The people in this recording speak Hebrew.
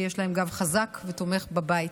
שיש להם גב חזק ותומך בבית.